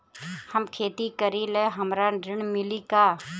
हम खेती करीले हमरा ऋण मिली का?